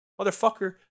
Motherfucker